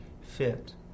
fit